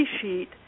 sheet